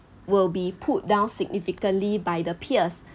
will be put down significantly by the peers